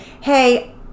hey